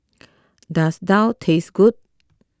does Daal taste good